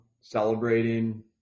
celebrating